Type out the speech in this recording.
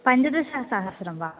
पञ्चदशसहस्रं वा